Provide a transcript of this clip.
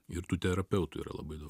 ir tų terapeutų yra labai daug